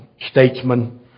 statesman